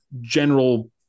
general